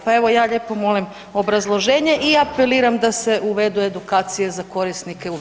Pa evo, ja lijepo molim obrazloženje i apeliram da se uvedu edukacije za korisnike u većim.